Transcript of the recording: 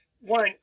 one